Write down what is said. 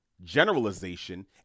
Generalization